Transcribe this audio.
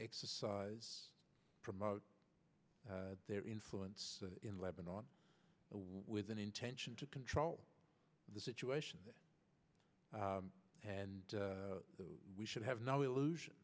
exercise promote their influence in lebanon with an intention to control the situation and we should have no illusion